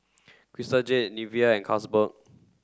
Crystal Jade Nivea and Carlsberg